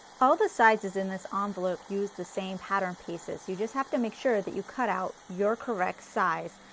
all the sizes in this ah envelope use the same pattern pieces you just have to make sure that you cut out your correct size.